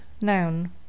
noun